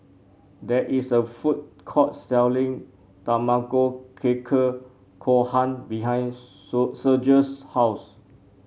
there is a food court selling Tamago Kake Gohan behind Sergio's house